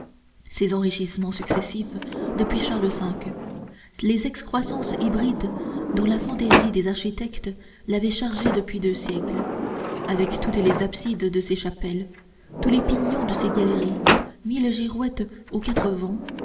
ses enrichissements successifs depuis charles v les excroissances hybrides dont la fantaisie des architectes l'avait chargé depuis deux siècles avec toutes les absides de ses chapelles tous les pignons de ses galeries mille girouettes aux